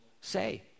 say